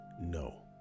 no